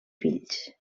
fills